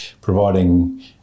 providing